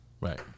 Right